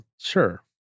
Sure